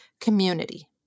community